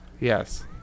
Yes